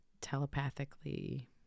telepathically